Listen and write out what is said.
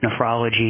nephrology